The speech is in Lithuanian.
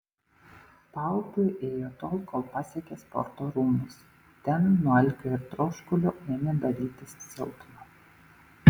paupiu ėjo tol kol pasiekė sporto rūmus ten nuo alkio ir troškulio ėmė darytis silpna